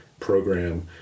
program